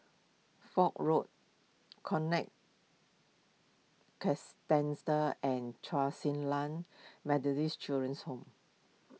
Foch Road Conrad and Chen Su Lan Methodist Children's Home